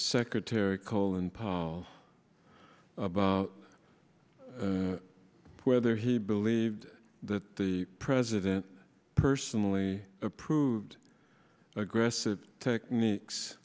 secretary colin powell about whether he believed that the president personally approved aggressive techniques